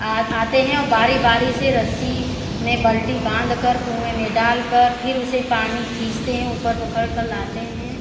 आते हैं और बारी बारी से रस्सी में बाल्टी बाँध कर कुएँ में डाल कर फिर उसे पानी खींचते हैं ऊपर पकड़कर लाते हैं